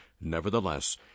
Nevertheless